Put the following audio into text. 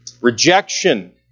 rejection